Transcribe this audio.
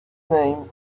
name